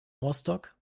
rostock